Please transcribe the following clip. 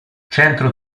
centro